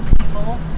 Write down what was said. people